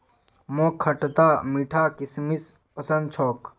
मोक खटता मीठा किशमिश पसंद छोक